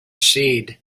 seed